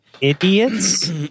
Idiots